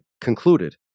concluded